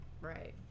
right